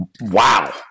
wow